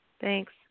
Thanks